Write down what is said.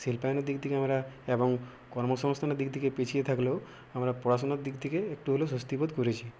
শিল্পায়নের দিক থেকে আমরা এবং কর্মসংস্থানের দিক থেকে পিছিয়ে থাকলেও আমরা পড়াশোনার দিক থেকে একটু হলেও স্বস্তি বোধ করেছি